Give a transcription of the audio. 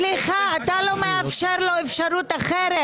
סליחה, אתה לא מאפשר לו אפשרות אחרת.